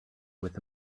with